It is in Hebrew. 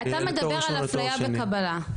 אתה מדבר על אפליה בקבלה,